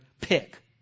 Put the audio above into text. Pick